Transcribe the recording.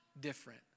different